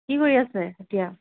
কি কৰি আছে এতিয়া